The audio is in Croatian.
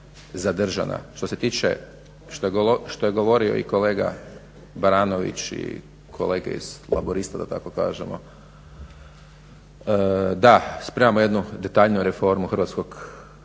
zadržana. Što se tiče što je govorio i kolega Baranović i kolega iz Laburista da tako kažemo, da spremamo jednu detaljniju reformu hrvatskog